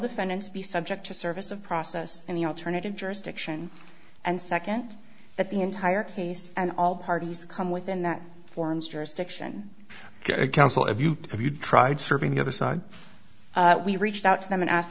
defendants be subject to service of process in the alternative jurisdiction and second that the entire case and all parties come within that forms jurisdiction counsel if you have you tried serving the other side we reached out to them and asked